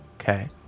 Okay